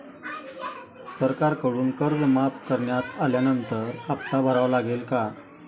सरकारकडून कर्ज माफ करण्यात आल्यानंतर हप्ता भरावा लागेल का?